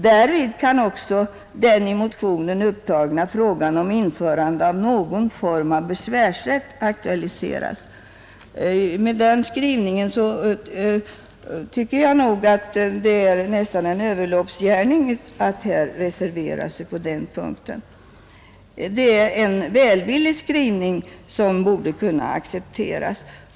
Därvid kan också den i motionen upptagna frågan om införande av någon form av besvärsrätt Med den skrivningen tycker jag att det nästan är en överloppsgärning att här reservera sig på denna punkt, Det är en välvillig skrivning som borde kunna accepteras.